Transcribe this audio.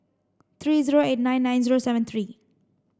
three zero eight nine nine zero seven three